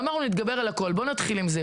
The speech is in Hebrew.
ואמרנו נתגבר על הכל, בואו נתחיל עם זה.